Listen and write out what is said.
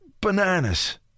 bananas